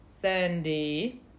Sandy